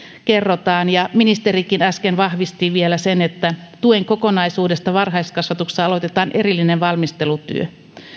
kerrotaan ja ministerikin äsken vahvisti vielä sen että tuen kokonaisuudesta varhaiskasvatuksessa aloitetaan erillinen valmistelutyö